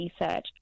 research